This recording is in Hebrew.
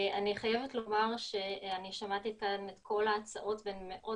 אני חיבת לומר ששמעתי כאן את כל ההצעות והן מאוד